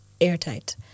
airtight